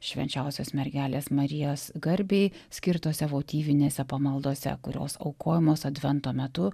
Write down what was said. švenčiausios mergelės marijos garbei skirtose votyvinėse pamaldose kurios aukojamos advento metu